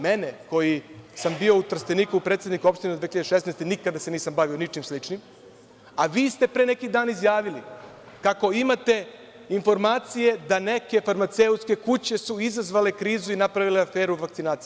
Mene, koji sam bio u Trsteniku predsednik opštine 2016. godine i nikada se nisam bavio ničim sličnim, a vi ste pre neki dan izjavili kako imate informacije da su neke farmaceutske kuće izazvale krizu i napravile aferu vakcinacije.